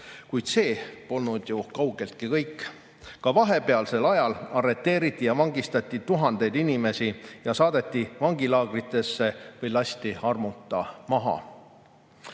kuid see polnud ju kaugeltki kõik. Ka vahepealsel ajal arreteeriti ja vangistati tuhandeid inimesi, saadeti nad vangilaagritesse või lasti armuta maha.